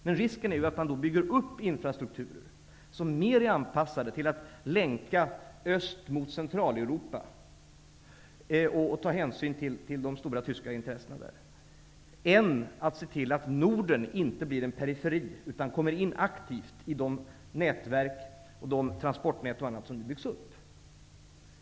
Men risken är att man då bygger upp infrastrukturer som är mer anpassade till att länka Öst till Centraleuropa och att ta hänsyn till de stora tyska intressena där, än att se till att Norden inte blir en periferi, utan kommer in aktivt i de nätverk, de transportnät och annat som byggs upp.